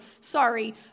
sorry